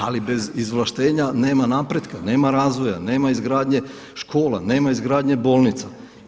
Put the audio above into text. Ali bez izvlaštenja nema napretka, nema razvoja, nema izgradnje škola, nema izgradnje bolnica.